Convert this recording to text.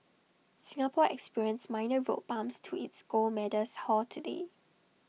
Singapore experienced minor road bumps to its gold medals haul today